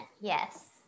Yes